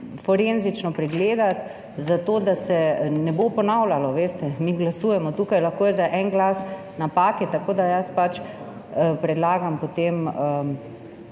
forenzično pregledati, zato da se ne bo ponavljalo, veste. Mi glasujemo tukaj, lahko je za en glas napake. Tako da predlagam,